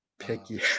picky